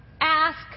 ask